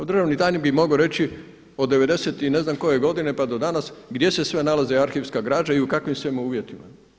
Državni tajnik bi mogao reći od devedeset i ne znam koje godine pa do danas gdje se sve nalazi arhivska građa i u kakvim sve uvjetima.